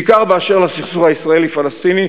בעיקר באשר לסכסוך הישראלי פלסטיני,